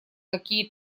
какие